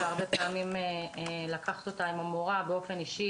הרבה פעמים לקחת אותה עם המורה באופן אישי,